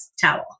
towel